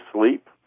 sleep